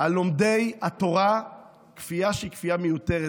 על לומדי התורה כפייה שהיא כפייה מיותרת,